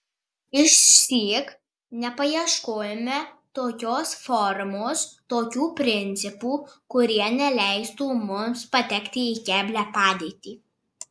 išsyk nepaieškojome tokios formos tokių principų kurie neleistų mums patekti į keblią padėtį